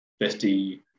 Vesti